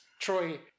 troy